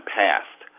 passed